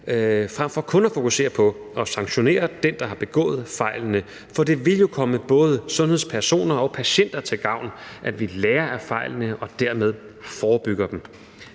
frem for kun at fokusere på at sanktionere den, der har begået fejlene, for det vil jo komme både sundhedspersoner og patienter til gavn, at vi lærer af fejlene og dermed forebygger dem.